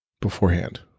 beforehand